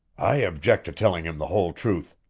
i object to telling him the whole truth,